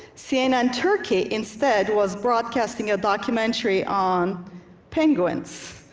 cnn turkey instead was broadcasting a documentary on penguins.